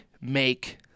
make